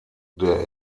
der